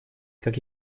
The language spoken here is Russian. как